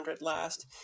last